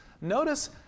Notice